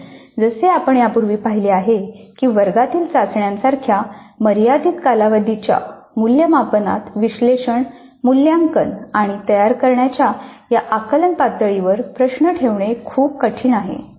कारण जसे आपण यापूर्वी पाहिले आहे की वर्गातील चाचण्यांसारख्या मर्यादित कालावधीच्या मूल्यमापनात विश्लेषण मूल्यांकन आणि तयार करण्याच्या या आकलन पातळीवर प्रश्न ठेवणे खूप कठीण आहे